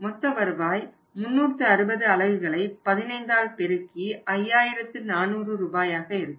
மொத்த வருவாய் 360 அலகுகளை 15ஆல் பெருக்கி 5400 ரூபாயாக இருக்கும்